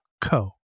co